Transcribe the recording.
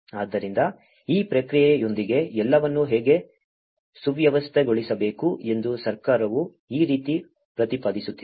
ಆದ್ದರಿಂದ ಈ ಪ್ರಕ್ರಿಯೆಯೊಂದಿಗೆ ಎಲ್ಲವನ್ನೂ ಹೇಗೆ ಸುವ್ಯವಸ್ಥಿತಗೊಳಿಸಬೇಕು ಎಂದು ಸರ್ಕಾರವು ಈ ರೀತಿ ಪ್ರತಿಪಾದಿಸುತ್ತಿದೆ